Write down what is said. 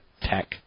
tech